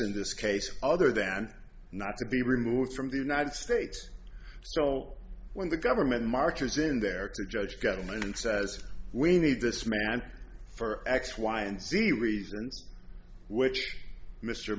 in this case other than not to be removed from the united states so when the government marches in there to judge government and says we need this man for x y and z reasons which mr